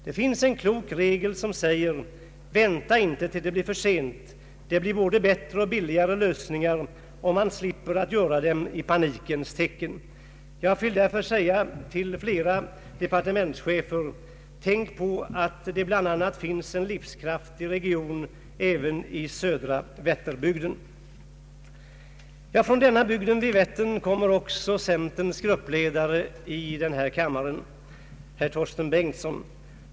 Det finns en klok regel som säger: Vänta inte till dess det blir för sent. Det blir både bättre och billigare lösningar om man slipper att göra dem i panikens tecken. Jag vill därför säga till flera departementschefer: Tänk på att det finns en livskraftig region även i södra Vätterbygden. Från denna bygd vid Vättern kommer också centerns gruppledare i denna kammare, herr Torsten Bengtson.